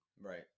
right